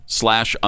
slash